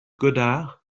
godard